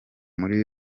muri